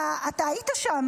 אתה היית שם,